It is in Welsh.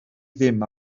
ddim